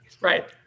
right